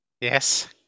Yes